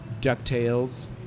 DuckTales